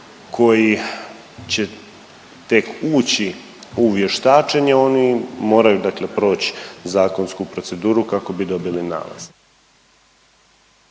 koji će tek ući u vještačenje oni moraju dakle proć zakonsku proceduru kako bi dobili nalaz.